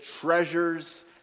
treasures